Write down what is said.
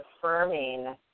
affirming